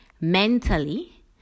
mentally